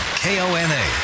kona